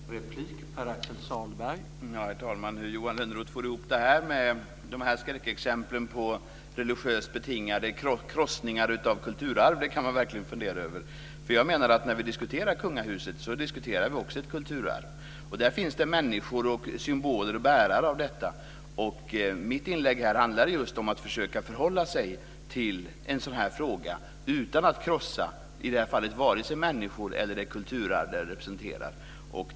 Herr talman! Hur Johan Lönnroth får ihop det här med skräckexemplen på religiöst betingat krossande av kulturarv kan man verkligen fundera över. När vi diskuterar kungahuset diskuterar vi också ett kulturarv där det finns människor och symboler som är bärare av detta. Mitt inlägg handlade just om att försöka förhålla sig till en sådan här fråga utan att krossa vare sig människor eller det kulturarv som de representerar.